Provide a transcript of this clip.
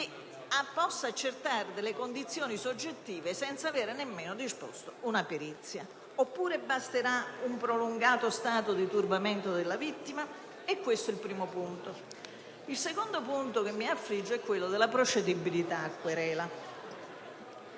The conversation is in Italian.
possa accertare delle condizioni soggettive senza nemmeno aver disposto una perizia; oppure basterà un prolungato stato di turbamento della vittima? Questo è il primo punto. Il secondo punto che mi affligge è quello della procedibilità a querela.